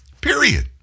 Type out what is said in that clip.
period